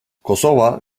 kosova